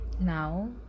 now